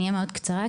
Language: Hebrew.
אני אהיה מאוד קצרה,